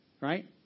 right